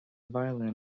violin